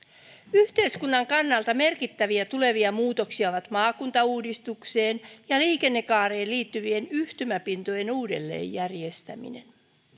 yhteiskunnan kannalta merkittäviä tulevia muutoksia on maakuntauudistukseen ja liikennekaareen liittyvien yhtymäpintojen uudelleen järjestäminen